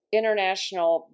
international